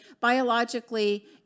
biologically